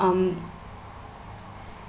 um